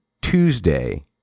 Tuesday